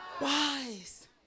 wise